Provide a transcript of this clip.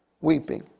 weeping